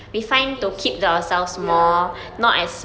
the thing is ya ya